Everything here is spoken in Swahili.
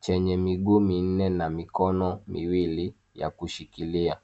chenye miguu minne na mikono miwili ya kushikilia.